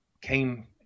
came